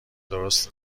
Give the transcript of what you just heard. درست